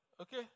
Okay